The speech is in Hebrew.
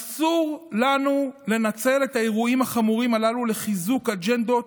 אסור לנו לנצל את האירועים החמורים הללו לחיזוק אג'נדות